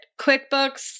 QuickBooks